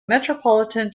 metropolitan